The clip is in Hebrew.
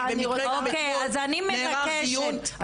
במקרה גם אתמול נערך דיון,